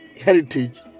heritage